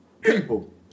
People